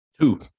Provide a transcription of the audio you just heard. Two